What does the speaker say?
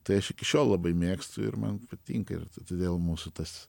tai aš iki šiol labai mėgstu ir man patinka ir todėl mūsų tas